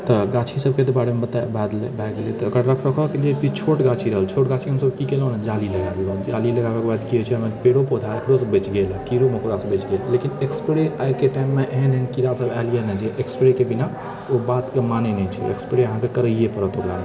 तऽ गाछी सभके तऽ बारेमे बात भए भए गेलै तऽ ओकर रख रखावके लिए किछु छोट गाछी रहल छोट गाछीमे हमसभ की केलहुँ ने जाली लगाइ देलौहुँ जाली लगाबैके बाद की होइत छै ओहिमे पेड़ो पौधा ओकरोसँ बचि गेल कीड़ो मकोड़ासँ बचि गेल लेकिन स्प्रे आइके टाइममे एहन एहन कीड़ा सभ आयल यऽ ने जे स्प्रेके बिना ओ बातके मानै नहि छै स्प्रे अहाँकेँ करैये पड़त ओकरामे